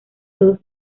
todos